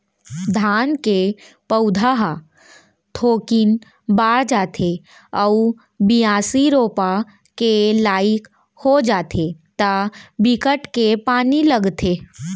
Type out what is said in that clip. धान के पउधा ह थोकिन बाड़ जाथे अउ बियासी, रोपा के लाइक हो जाथे त बिकट के पानी लगथे